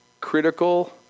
critical